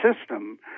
system